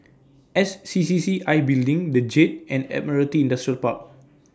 S C C C I Building The Jade and Admiralty Industrial Park